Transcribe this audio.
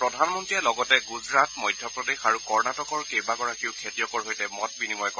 প্ৰধানমন্ত্ৰীয়ে লগতে গুজৰাট মধ্যপ্ৰদেশ আৰু কৰ্ণটিকৰ কেইবাগৰাকীও খেতিয়কৰ সৈতে মত বিনিময় কৰে